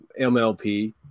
MLP